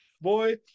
Boy